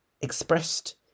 expressed